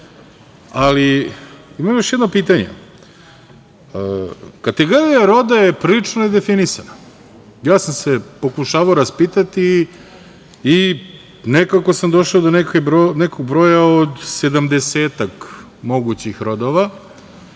piše. Imam još jedno pitanje, kategorija roda je prilično nedefinisana. Ja sam pokušavao da se raspitam i nekako sam došao do nekog broja od sedamdesetak mogućih rodova